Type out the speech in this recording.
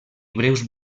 breus